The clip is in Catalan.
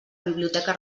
biblioteca